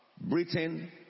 Britain